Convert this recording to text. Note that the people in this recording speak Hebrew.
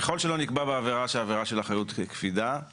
ככול שלא נקבע בעבירה שהעבירה של אחריות קפידה,